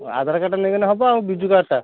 ହଉ ଆଧାର କାର୍ଡ଼ ଟା ନେଇଗଲେ ହେବ ଆଉ ବିଜୁ କାର୍ଡ଼ ଟା